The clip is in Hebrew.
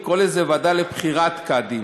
לקרוא לזה ועדה לבחירת קאדים,